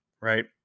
right